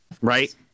right